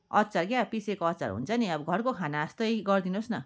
अचार क्या पिसेको अचार हुन्छ नि अब घरको खाना जस्तै गरिदिनुहोस् न